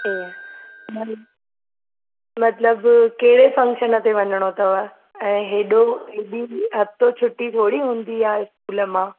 इअं मतलबु मतलबु कहिड़े फ़ंक्शन ते वञिणो अथव ऐं हेॾो हेॾी हफ़्तो छुटि थोरी हूंदी आहे इस्कूल मां